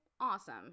awesome